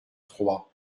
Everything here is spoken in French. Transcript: trois